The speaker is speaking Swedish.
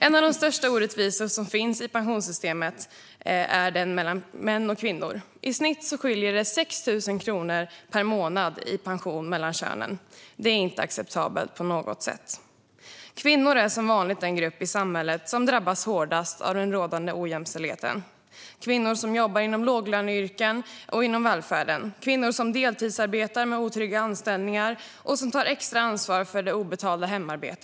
En av de största orättvisorna i pensionssystemet är den mellan män och kvinnor. I snitt skiljer det 6 000 kronor per månad i pension mellan könen. Det är inte acceptabelt på något sätt. Kvinnor är som vanligt den grupp i samhället som drabbas hårdast av den rådande ojämställdheten. Det gäller kvinnor som jobbar inom låglöneyrken och inom välfärden. Det gäller kvinnor som deltidsarbetar med otrygga anställningar och tar extra ansvar för det obetalda hemarbetet.